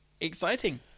exciting